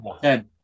ten